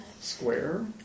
Square